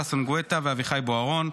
ששון גואטה ואביחי בוארון,